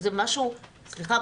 סליחה.